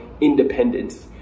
independence